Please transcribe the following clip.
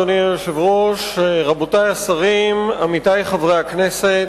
אדוני היושב-ראש, רבותי השרים, עמיתי חברי הכנסת,